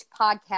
podcast